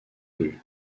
rue